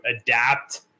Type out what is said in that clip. adapt